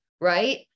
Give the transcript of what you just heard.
right